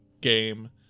game